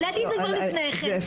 העליתי את זה כבר לפני כן,